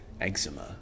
Eczema